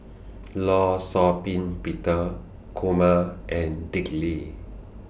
law Shau Ping Peter Kumar and Dick Lee